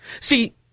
See